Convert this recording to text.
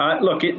Look